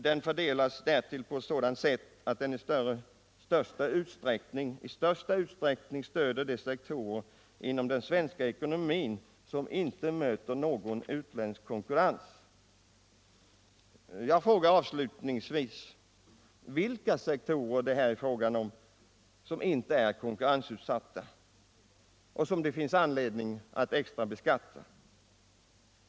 Den fördelas därtill på ett sådant sätt att den i största utsträckning stöder de sektorer inom den svenska ekonomin som inte möter någon utländsk konkurrens.” Jag frågar avslutningsvis: Vilka sektorer är det fråga om som inte är konkurrensutsatta och som det finns anledning att extra beskatta?